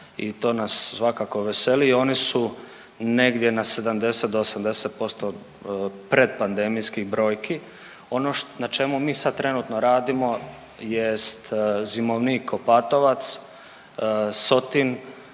i to nas svakako veseli. Oni su negdje na 70 do 80% predpandemijskih brojki. Ono na čemu mi sad trenutno radimo jest zimovnik Opatovac, Sotin,